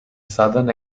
southern